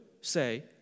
say